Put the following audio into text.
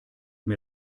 mir